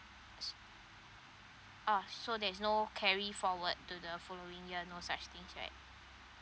so oh so there's no carry forward to the following year no such things right